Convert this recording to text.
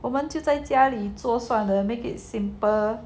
我们就在家里做算了 make it simple